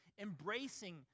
embracing